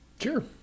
Sure